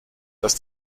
dass